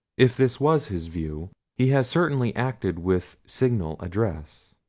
if this was his view, he has certainly acted with signal address.